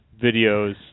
videos